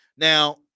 Now